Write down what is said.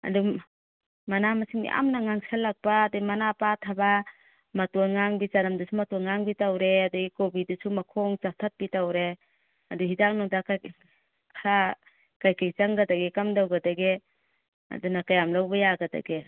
ꯑꯗꯨꯝ ꯃꯅꯥ ꯃꯁꯤꯡ ꯌꯥꯝꯅ ꯉꯥꯡꯁꯤꯜꯂꯛꯄ ꯑꯗꯒꯤ ꯃꯅꯥ ꯄꯥꯊꯕ ꯃꯇꯣꯟ ꯉꯥꯡꯕꯤ ꯆꯅꯝꯗꯨꯁꯨ ꯃꯇꯣꯟ ꯉꯥꯡꯕꯤ ꯇꯧꯔꯦ ꯑꯗꯒꯤ ꯀꯣꯕꯤꯗꯨꯁꯨ ꯃꯈꯣꯡ ꯆꯥꯊꯠꯄꯤ ꯇꯧꯔꯦ ꯑꯗꯒꯤ ꯍꯤꯗꯥꯛ ꯅꯨꯡꯗꯥꯛ ꯀꯔꯤ ꯀꯔꯤ ꯈꯔ ꯀꯔꯤ ꯀꯔꯤ ꯆꯪꯒꯗꯒꯦ ꯀꯝꯗꯧꯒꯗꯒꯦ ꯑꯗꯨꯅ ꯀꯌꯥꯝ ꯂꯧꯕ ꯌꯥꯒꯗꯒꯦ